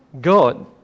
God